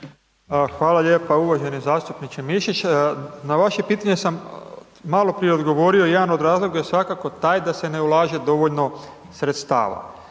Hvala lijepa. Uvaženi zastupniče Mišić, na vaše pitanje sam maloprije odgovorio, jedan od razloga je svakako taj da se ne ulaže dovoljno sredstava.